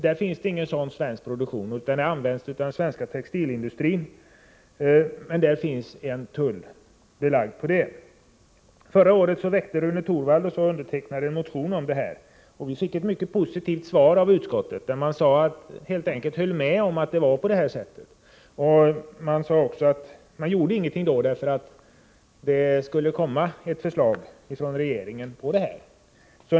Där finns ingen motsvarande svensk produktion, utan garnerna används av den svenska textilindustrin. De är trots detta belagda med tull. Förra året väckte Rune Torwald och jag en motion om detta och fick ett mycket positivt svar av utskottet, som helt enkelt höll med om att det var på det här sättet. Riksdagen gjorde ingenting då, därför att det skulle komma ett förslag från regeringen på detta område.